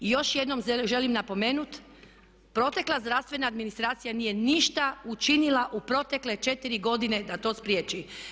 I još jednom želim napomenuti protekla zdravstvena administracija nije ništa učinila u protekle četiri godine da to spriječi.